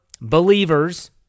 Believers